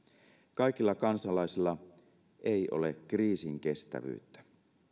kaikilla kansalaisilla ei ole kriisinkestävyyttä